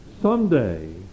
Someday